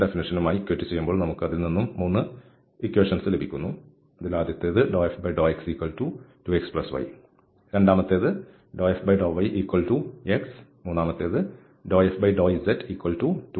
∂f∂yx രണ്ടാമത്തെ സമവാക്യം∂f∂z2z മൂന്നാമത്തെ സമവാക്യം ആണ്